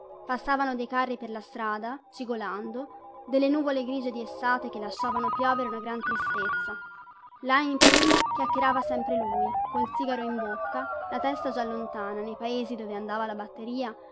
passavano dei carri per la strada cigolando delle nuvole grigie destate che lasciavano piovere una gran tristezza lajn primo chiacchierava sempre lui col sigaro in bocca la testa già lontana nei paesi dove andava la batteria